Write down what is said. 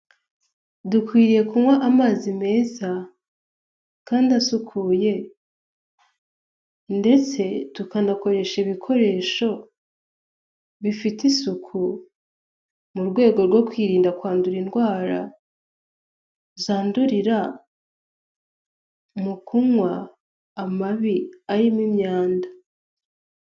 Dukwiriye kunywa amazi meza kandi asukuye ndetse tukanakoresha ibikoresho bifite isuku mu rwego rwo kwirinda kwandura indwara zandurira mu kunywa amabi arimo imyanda.